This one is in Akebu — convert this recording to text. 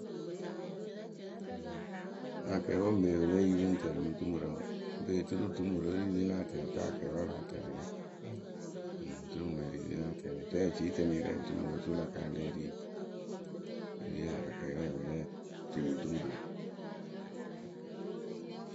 akɛɛpǝ we ŋpe pɨ lée yi pɨ ŋ tɛlɩ mǝj dumurǝ wǝ ŋpee oturu dumurǝ we rili láa tɛlɩ taa akɛɛpǝ láa tɛlɩ rɨ dumurǝ rili láa tɛlɩ rɛ eciitǝnǝyǝ rɛ dumurǝ oturu la ka yaa lée ri yǝ wǝ ri akɛɛrɛɛpǝ lée ri te mǝ dumurǝ.